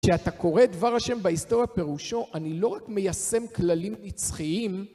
כשאתה קורא דבר ה' בהיסטוריה פירושו, אני לא רק מיישם כללים נצחיים